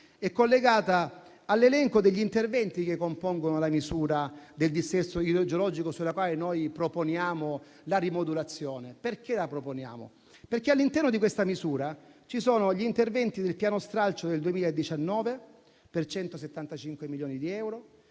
è collegata all'elenco degli interventi che compongono la misura del dissesto idrogeologico, sulla quale noi proponiamo la rimodulazione. Perché la proponiamo? La proponiamo perché all'interno di questa misura ci sono gli interventi del Piano stralcio del 2019 per 175 milioni di euro,